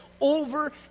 over